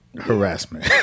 harassment